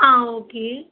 ஆ okay